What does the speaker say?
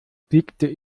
blickte